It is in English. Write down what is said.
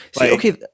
Okay